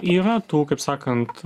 yra tų kaip sakant